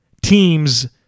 teams